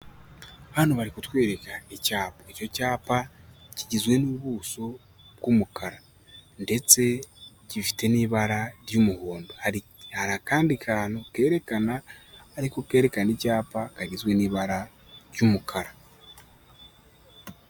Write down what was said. Hano bari kutwereka icyapa, icyo cyapa kigizwe n'ubuso bw'umukara ndetse gifite n'ibara ry'umuhondo, hari akandi kantu kerekana ariko ko kerekana icyapa kagizwe n'ibara ry'umukara.